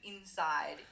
inside